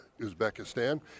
Uzbekistan